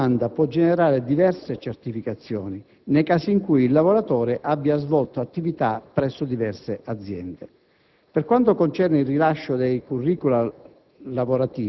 una domanda può generare diverse certificazioni, nei casi in cui il lavoratore abbia svolto attività presso diverse aziende. Per quanto concerne il rilascio dei *curricula*